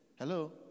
Hello